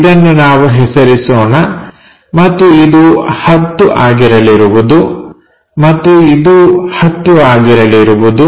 ಇದನ್ನು ನಾವು ಹೆಸರಿಸೋಣ ಮತ್ತು ಇದು 10 ಆಗಿರಲಿರುವುದು ಮತ್ತು ಇದು 10 ಆಗಿರಲಿರುವುದು